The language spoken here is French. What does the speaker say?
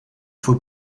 faut